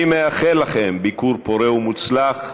אני מאחל לכם ביקור פורה ומוצלח.